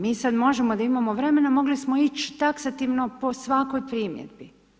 Mi sad možemo da imamo vremena, mogli smo ići taksativno po svakoj primjedbi.